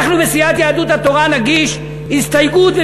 אנחנו בסיעת יהדות התורה נגיש הסתייגות,